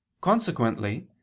Consequently